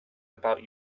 about